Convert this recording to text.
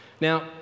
Now